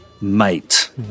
Mate